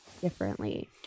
differently